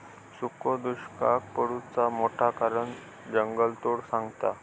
सुखो दुष्काक पडुचा मोठा कारण जंगलतोड सांगतत